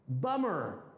Bummer